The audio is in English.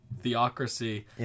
theocracy